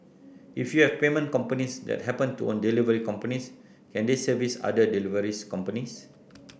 if you have payment companies that happen to own delivery companies can they service other delivery companies